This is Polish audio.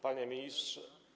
Panie Ministrze!